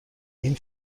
این